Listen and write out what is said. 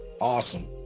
Awesome